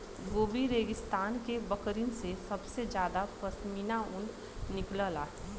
Gobi रेगिस्तान के बकरिन से सबसे जादा पश्मीना ऊन निकलला